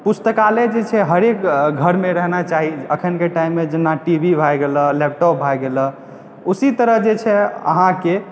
पुस्तकालय जे छै हरेक घरमे रहना चाही अखनके टाइममे जेना टीवी भै गेलय लैपटॉप भै गेलय उसी तरह जे छै अहाँके